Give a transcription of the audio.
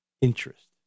Interest